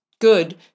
good